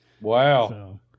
Wow